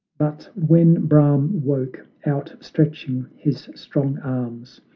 but when brahm woke, outstretching his strong arms,